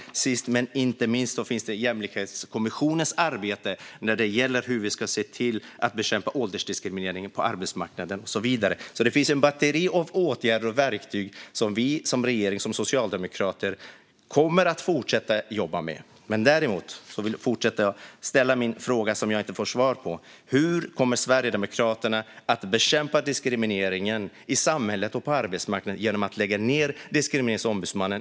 Sist men inte minst finns Jämlikhetskommissionens arbete när det gäller hur man ska bekämpa åldersdiskriminering på arbetsmarknaden och så vidare. Det finns alltså ett batteri av åtgärder och verktyg som vi, som regering och socialdemokrater, kommer att fortsätta att jobba med. Jag fortsätter att ställa min fråga, som jag inte har fått svar på. Hur kommer Sverigedemokraterna att bekämpa diskrimineringen i samhället och på arbetsmarknaden genom att lägga ned Diskrimineringsombudsmannen?